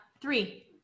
three